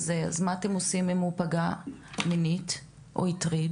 אז מה אתם עושים אם הוא פגע מינית או הטריד?